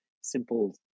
simple